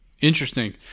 Interesting